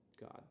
god